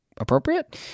Appropriate